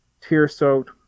tear-soaked